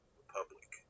republic